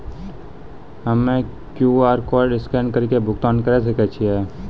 हम्मय QR code scan कड़ी के भुगतान करें सकय छियै?